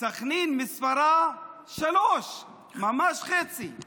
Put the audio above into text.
סח'נין מספרה 3, ממש חצי.